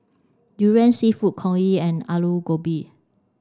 durian seafood Congee and Aloo Gobi